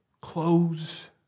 clothes